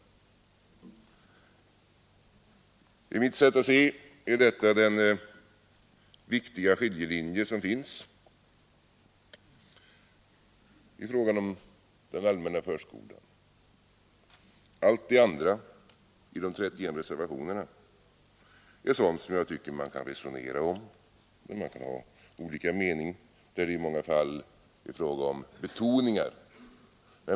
Enligt mitt sätt att se är detta den viktiga skiljelinje som finns i frågan om allmänna förskolan. Allt det andra i de 31 reservationerna är sådant som jag tycker att man kan resonera och ha olika meningar om. I många fall är meningsskiljaktigheterna bara en fråga om betoningar.